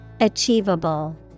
Achievable